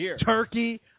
Turkey